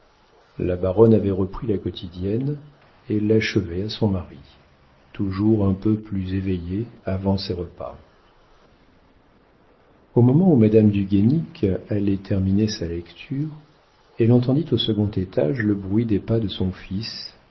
la baronne avait repris la quotidienne et l'achevait à son mari toujours un peu plus éveillé avant ses repas au moment où madame du guénic allait terminer sa lecture elle entendit au second étage le bruit des pas de son fils